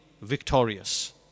victorious